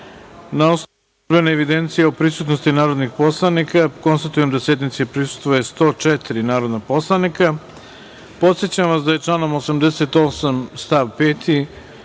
osnovu službene evidencije o prisutnosti narodnih poslanika, konstatujem da sednici prisustvuju 104 narodnih poslanika. Podsećam vas da je članom 88. stav 5.